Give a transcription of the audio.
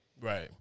Right